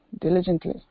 diligently